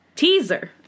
Teaser